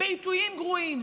בעיתויים גרועים.